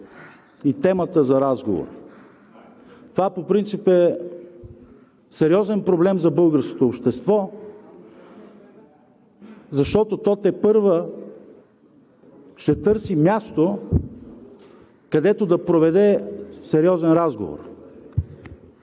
и темата за разговор. Това по принцип е сериозен проблем за българското общество, защото то тепърва ще търси място, където да проведе сериозен разговор.